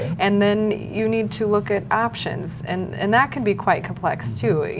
and then you need to look at options and and that can be quite complex, too,